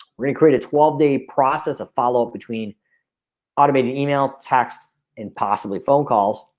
we're gonna create a twelve day process of follow up between automated email text and possibly phone calls